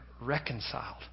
reconciled